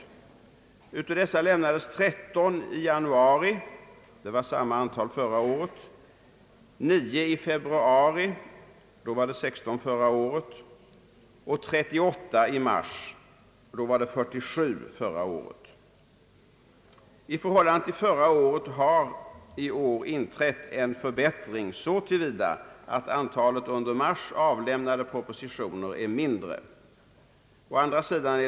Av dessa lämnades 13 i januari — samma antal som förra året — 9 i februari mot 16 förra året och 38 i mars mot 47 förra året. I förhållande till förra året har det inträtt en förbättring så till vida att antalet i mars avlämnade propositioner är färre.